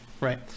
Right